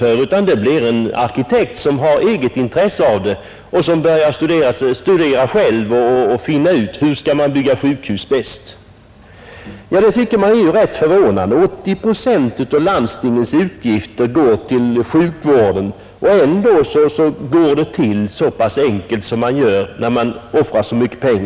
Arkitekterna får på egen hand och av eget intresse studera hur man bäst skall bygga ett sjukhus. Detta tycker jag är förvånande. Inte mindre än 80 procent av landstingens utgifter gäller sjukvården, men trots att man offrar så mycket pengar går sjukhusbyggandet alltså så enkelt till.